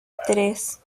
tres